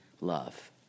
love